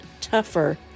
tougher